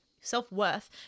self-worth